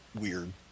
weird